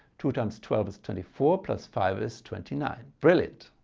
two times twelve is twenty four plus five is twenty nine. brilliant.